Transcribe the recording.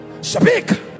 speak